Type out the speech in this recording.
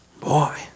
Boy